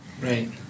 right